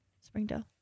Springdale